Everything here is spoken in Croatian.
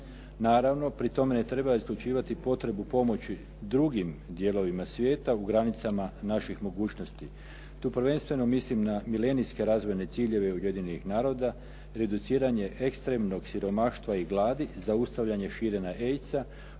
Naravno, pri tome ne treba isključivati potrebu pomoći drugim dijelovima svijeta u granicama naših mogućnosti. Tu prvenstveno mislim na milenijske razvojne ciljeve Ujedinjenih naroda, reduciranje ekstremnog siromaštva i gladi, zaustavljanje širenja